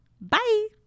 Bye